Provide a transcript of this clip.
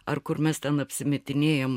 ar kur mes ten apsimetinėjam